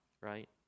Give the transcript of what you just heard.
right